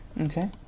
Okay